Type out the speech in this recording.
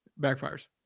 backfires